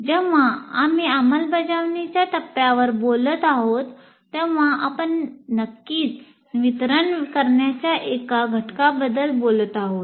जेव्हा आम्ही अंमलबजावणीच्या टप्प्यावर बोलत आहोत तेव्हा आम्ही नक्कीच वितरण करण्याच्या एका घटकाबद्दल बोलत आहोत